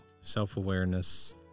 Self-awareness